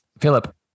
Philip